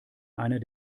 einer